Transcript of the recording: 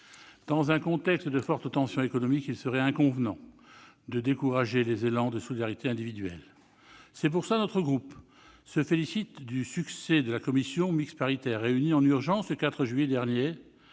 Dans un contexte de fortes tensions économiques, il serait inconvenant de décourager les élans de solidarité individuelle. C'est pourquoi notre groupe se félicite du succès de la commission mixte paritaire, réunie en urgence le 4 juillet dernier.